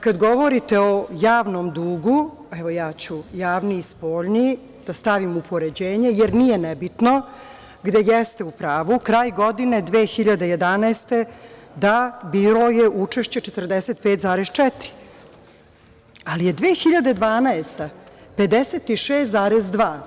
Kada govorite o javnom dugu, ja ću javni i spoljni da stavim u poređenje, jer nije nebitno, gde jeste u pravu, kraj godine 2011. – da, bilo učešće 45,4, ali je 2012. godina 56,2.